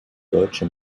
deutsche